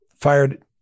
fired